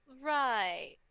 right